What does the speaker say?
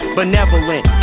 Benevolent